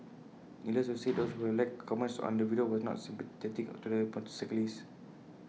needless to say those who have left comments on the video were not sympathetic to the motorcyclist